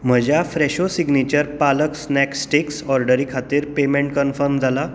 म्हज्या Fresho signature पालक snack sticks ऑर्डरी खातीर पेमेंट कन्फर्म जाला